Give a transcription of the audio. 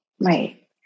Right